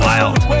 Wild